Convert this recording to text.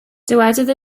dywedodd